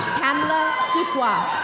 pamela sukwa.